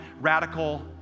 radical